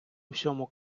всьому